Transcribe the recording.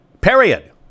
Period